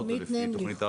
או לפי תוכנית העבודה.